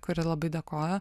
kuri labai dėkoja